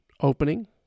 opening